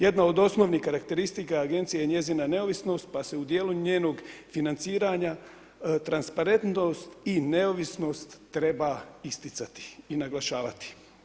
Jedna od osnovnih karakteristika Agencije je njezina neovisnost pa se u dijelu njenog financiranja transparentnost i neovisnost treba isticati i naglašavati.